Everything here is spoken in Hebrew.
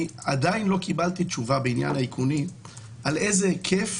עדיין לא קיבלתי תשובה בעניין האיכונים על איזה היקף